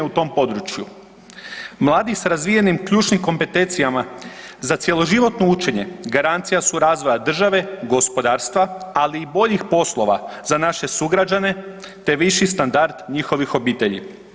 Mladi sa razvijenim ključnim kompetencijama za cjeloživotno učenje garancija su razvoja države, gospodarstva, ali i boljih poslova za naše sugrađane te viši standard njihovih obitelji.